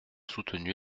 soutenu